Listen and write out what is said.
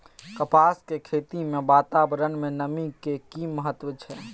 कपास के खेती मे वातावरण में नमी के की महत्व छै?